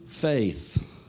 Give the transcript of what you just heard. faith